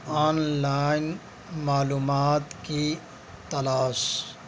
on line معلومات کی تلاش